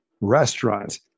restaurants